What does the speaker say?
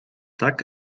tak